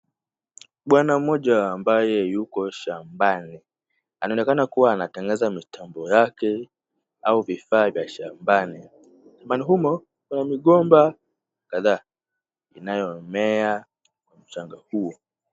Bwana mmoja ambaye yuko shambani anaonekana kuwa anatengeneza mitambo yake au vifaa vya shambani. Shambani humo kuna migomba kadhaa inayomea mchanga huo.